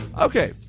Okay